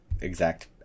exact